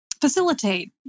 facilitate